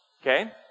Okay